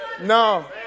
No